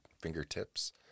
fingertips